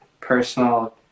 personal